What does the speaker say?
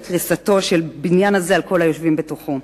לקריסתו של הבניין הזה על כל היושבים בתוכו.